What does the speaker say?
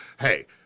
Hey